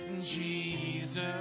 Jesus